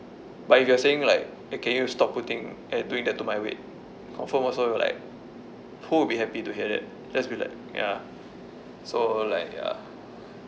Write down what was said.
but if you are saying like can you stop putting eh doing that to my weight confirm also we're like who would be happy to hear that just be like ya so like ya